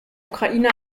ukraine